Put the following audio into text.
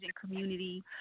community